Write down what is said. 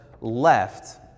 left